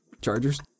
Chargers